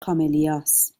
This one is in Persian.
کاملیاست